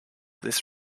this